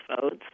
votes